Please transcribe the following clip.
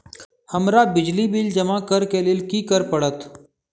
हमरा बिजली बिल जमा करऽ केँ लेल की करऽ पड़त?